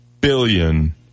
billion